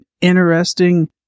interesting